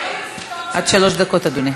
עד שלוש דקות, אדוני.